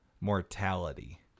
mortality